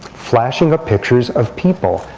flashing up pictures of people,